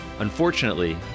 Unfortunately